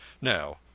Now